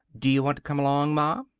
do you want to come along, ma?